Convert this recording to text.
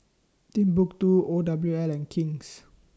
Timbuk two O W L and King's